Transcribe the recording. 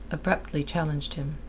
abruptly challenged him.